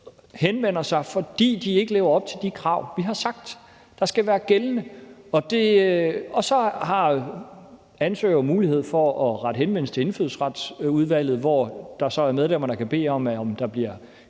henvender sig, fordi de ikke lever op til de krav, vi har sagt skal være gældende. Og så har ansøger jo mulighed for at rette henvendelse til Indfødsretsudvalget, hvor der så er medlemmer, der kan bede om, at der bliver